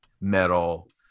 metal